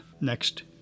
next